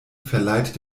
verleiht